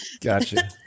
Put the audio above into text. gotcha